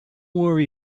worry